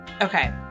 Okay